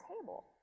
table